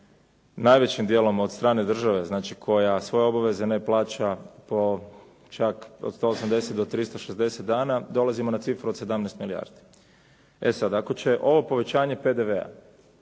najvećim dijelom od strane države koja svoje obaveze ne plaća po čak od 180 do 360 dana, dolazimo na cifru od 17 milijardi. E sad, ako će ovo povećanje PDV-a